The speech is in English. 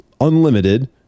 unlimited